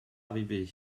arrivé